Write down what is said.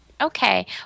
Okay